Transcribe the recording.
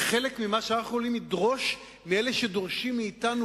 לחלק ממה שאנחנו יכולים לדרוש מאלה שדורשים מאתנו